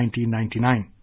1999